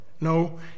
No